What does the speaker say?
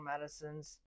medicines